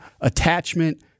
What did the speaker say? Attachment